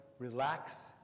Relax